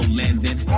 landing